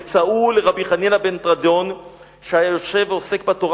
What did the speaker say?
"מצאוהו לרבי חנינא בן תרדיון שהיה יושב ועוסק בתורה